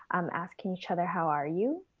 um asking each other, how are you?